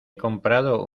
comprado